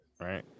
right